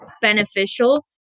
beneficial